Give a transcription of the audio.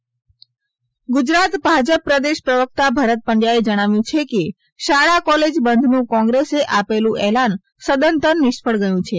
ભાજપ ભરત પંડ્યા ગુજરાત ભાજપ પ્રદેશ પ્રવકતા ભરત પંડયાએ જણાવ્યું છે કે આપેલ શાળા કોલેજ બંધનું કોંગ્રેસે આપેલું એલાન સદંતર નિષ્ફળ ગયું છે